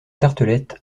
tartelett